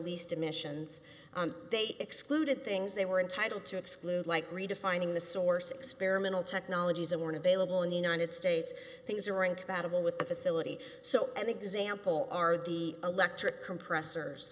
least emissions they excluded things they were entitle to exclude like redefining the source experimental technologies and weren't available in the united states things are incompatible with the facility so an example are the electric compressors